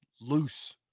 loose